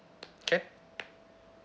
okay